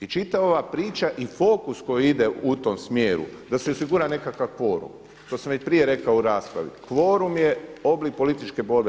I čitava ova priča i fokus koji ide u tom smjeru da se osigura nekakav kvorum, to sam već prije rekao u raspravi kvorum je oblik političke borbe.